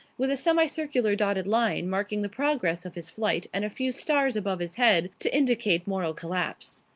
with a semi-circular dotted line marking the progress of his flight and a few stars above his head to indicate moral collapse.